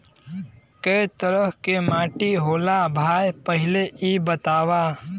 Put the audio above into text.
कै तरह के माटी होला भाय पहिले इ बतावा?